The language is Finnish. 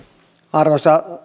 arvoisa